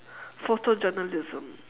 photo journalism